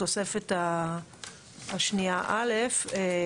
בתוספת השנייה א.